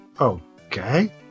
okay